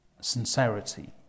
sincerity